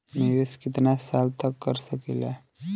निवेश कितना साल तक कर सकीला?